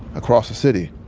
across the city,